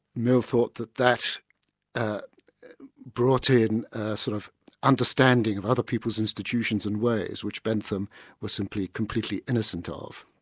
mill thought that that that brought in sort of understanding of other people's institutions and ways, which bentham was simply completely innocent ah of.